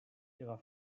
ihrer